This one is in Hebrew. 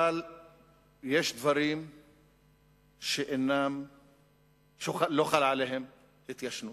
אבל יש דברים שלא חלה עליהם התיישנות,